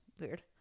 weird